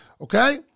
okay